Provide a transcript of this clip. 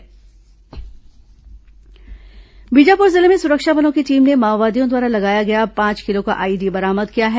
माओवादी गतिविधियां बीजापुर जिले में सुरक्षा बलों की टीम ने माओवादियों द्वारा लगाया गया पांच किलो का आईईडी बरामद किया है